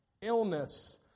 Illness